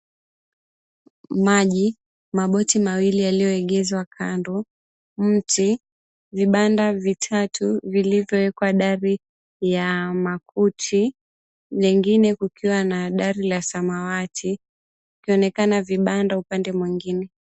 Maji, maboti mawili yaliyoegezwa kando, mti, vibanda vitatu vilivyowekwa dari ya makuti, nyengine kukiwa na dari la samawati, kukionekana vibanda upande mwengine.